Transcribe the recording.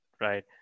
Right